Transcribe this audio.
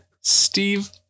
Steve